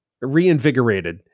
reinvigorated